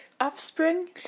offspring